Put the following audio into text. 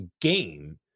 game